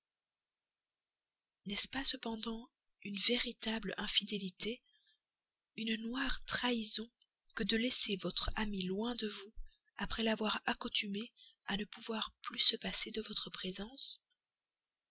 n'est-ce pas en effet une véritable infidélité une noire trahison que de laisser votre ami loin de vous après l'avoir accoutumé à ne pouvoir plus se passer de votre présence